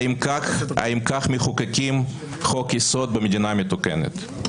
האם כך מחוקקים חוק יסוד במדינה מתוקנת?